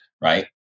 right